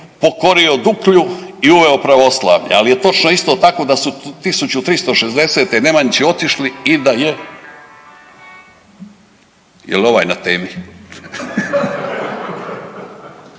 pokorio Duklju i uveo pravoslavlje, ali je točno, isto tako da su 1360. Nemanjići otišli i da je… Je li ovaj na temi?